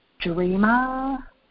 dreamer